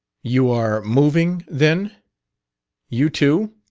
you are moving, then you too?